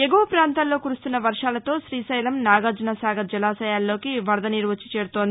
ఎగువ పాంతాల్లో కురుస్తున్న వర్వాలతో శ్రీశైలం నాగార్జన సాగర్ జలాశయాల్లోకి వరద నీరు వచ్చి చేరుతోంది